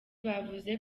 bavuze